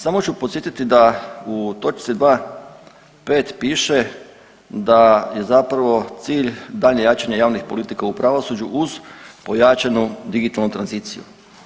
Samo ću podsjetiti da u točci 2.5 piše da je zapravo cilj daljnje jačanje javnih politika u pravosuđu uz pojačanu digitalnu tranziciju.